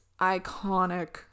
iconic